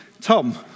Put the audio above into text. Tom